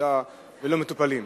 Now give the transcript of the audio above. בוועדה ולא מטופלים.